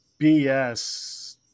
BS